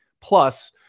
plus